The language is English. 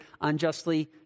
unjustly